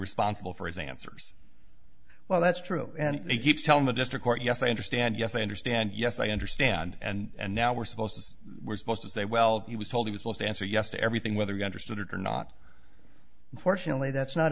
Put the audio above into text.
responsible for his answers well that's true and he keeps telling the district court yes i understand yes i understand yes i understand and now we're supposed to we're supposed to say well he was told he was last answer yes to everything whether you understood it or not unfortunately that's not